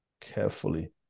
carefully